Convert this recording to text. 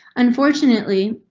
unfortunately,